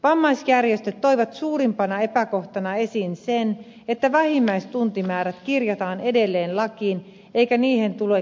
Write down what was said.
vammaisjärjestöt toivat suurimpana epäkohtana esiin sen että vähimmäistuntimäärät kirjataan edelleen lakiin eikä niihin tule korotuksia